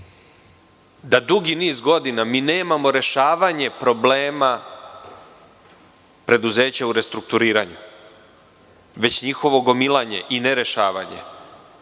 da dugi niz godina mi nemamo rešavanje problema preduzeća u restrukturiranju, već njihovo gomilanje i ne rešavanje,